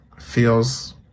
feels